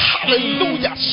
Hallelujah